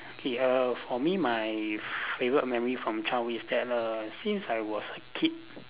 K err for me my favourite memory from childhood is that err since I was a kid